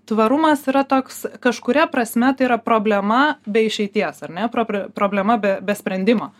tvarumas yra toks kažkuria prasme tai yra problema be išeities ar ne problema be be sprendimo